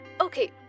Okay